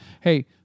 Hey